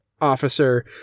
officer